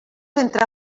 entre